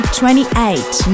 28